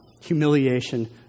Humiliation